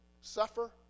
suffer